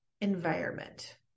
environment